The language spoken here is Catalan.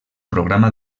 programa